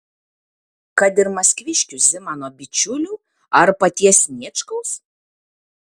kad ir maskviškių zimano bičiulių ar paties sniečkaus